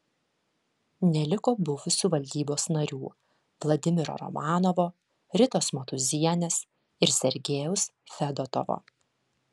neliko buvusių valdybos narių vladimiro romanovo ritos matūzienės ir sergejaus fedotovo